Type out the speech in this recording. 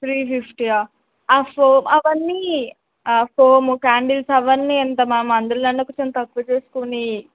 three ఫిఫ్టీయా ఆ foam అవన్నీ ఫోమ్ క్యాండిల్స్ అవన్నీ ఎంత మామ్ అందులేనా కొంచెం తక్కువ చేసుకుని